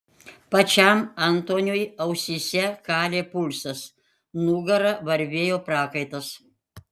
pačiam antoniui ausyse kalė pulsas nugara varvėjo prakaitas